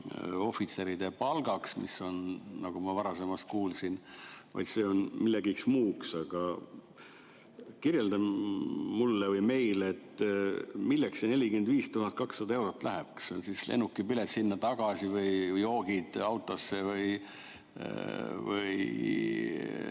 ohvitseride palgaks, nagu ma varem kuulsin, vaid see on millekski muuks. Kirjelda mulle või meile, milleks see 45 200 eurot läheb. Kas see on lennukipilet sinna ja tagasi või joogid autosse või